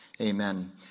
Amen